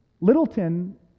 Littleton